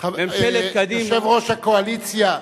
ממשלת קדימה, יושב-ראש הקואליציה,